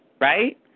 right